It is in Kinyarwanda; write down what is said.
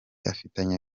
afitanye